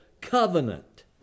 covenant